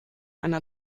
einer